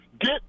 Get